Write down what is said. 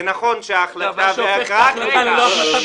זה נכון שההחלטה --- זה מה שהופך את ההחלטה ללא החלטה ביטחונית.